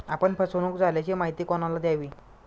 आपण फसवणुक झाल्याची माहिती कोणाला द्यावी?